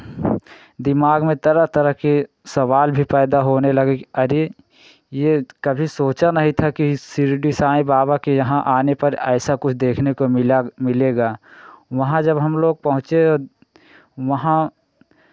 दिमाग में तरह तरह के सवाल भी पैदा होने लगे कि अरे ये तो कभी सोचा नहीं था कि सिरडी साईं बाबा के यहाँ आने पर ऐसा कुछ देखने को मिला मिलेगा वहाँ जब हम लोग पहुँचे और वहाँ